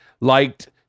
liked